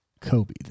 Kobe